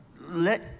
let